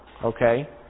Okay